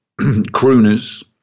crooners